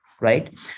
Right